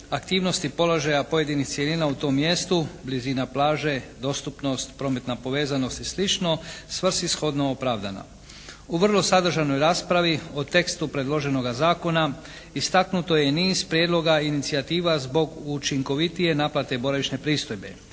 aktivnosti položaja pojedinih cjelina u tom mjestu, blizina plaže, dostupnost, prometna povezanost i sl. svrsishodno opravdana. U vrlo sadržajnoj raspravi o tekstu predloženoga zakona istaknuto je niz prijedloga i inicijativa zbog učinkovitije naplate boravišne pristojbe.